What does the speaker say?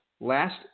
last